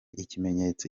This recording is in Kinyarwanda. ikimenyetso